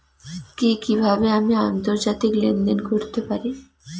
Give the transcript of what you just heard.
কি কিভাবে আমি আন্তর্জাতিক লেনদেন করতে পারি?